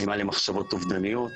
מהם מחשבות אובדניות